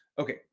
okay